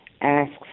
asks